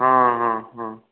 ହଁ ହଁ ହଁ